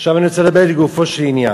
עכשיו אני רוצה לדבר לגופו של עניין.